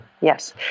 yes